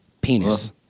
Penis